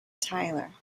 tyler